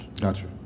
Gotcha